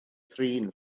thrin